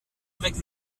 avec